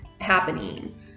happening